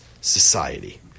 society